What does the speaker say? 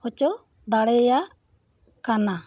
ᱦᱚᱪᱚ ᱫᱟᱲᱮᱭᱟᱜ ᱠᱟᱱᱟ